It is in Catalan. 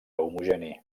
homogeni